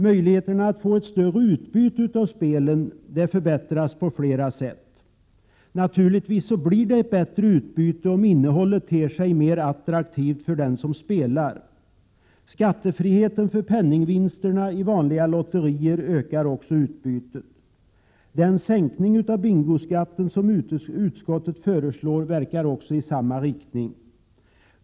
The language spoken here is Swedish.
Möjligheterna att få ett större utbyte av spelen förbättras på flera sätt. Naturligtvis blir det ett bättre utbyte om innehållet ter sig mer attraktivt för den som spelar. Skattefriheten för penningvinsterna i vanliga lotterier ökar också utbytet. Den sänkning av bingoskatten som utskottet föreslår verkar också i samma riktning.